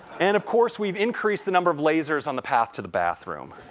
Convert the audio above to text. and of course, we've increased the number of lasers on the path to the bathroom.